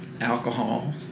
alcohol